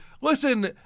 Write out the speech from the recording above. listen